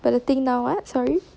but the thing now what sorry